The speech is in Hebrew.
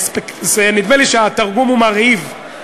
נדמה לי שהתרגום הוא: מרהיב.